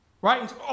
Right